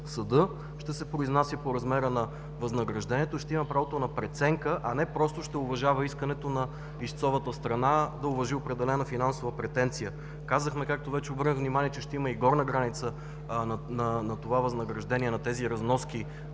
съдът ще се произнася по размера на възнаграждението, ще има правото на преценка, а не просто ще уважава искането на ищцовата страна да уважи определена финансова претенция. Казахме, както вече обърнах внимание, че ще има и горна граница на това възнаграждение на тези разноски